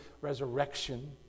resurrection